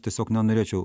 tiesiog nenorėčiau